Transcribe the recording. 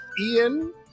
Ian